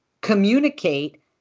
communicate